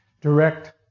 direct